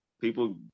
people